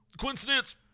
Coincidence